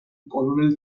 colonel